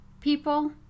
people